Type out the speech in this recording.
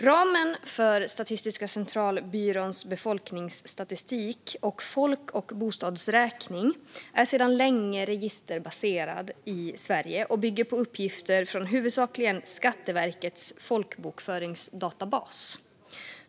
Ramen för Statistiska centralbyråns befolkningsstatistik och folk och bostadsräkning är sedan länge registerbaserad i Sverige och bygger på uppgifter från huvudsakligen Skatteverkets folkbokföringsdatabas.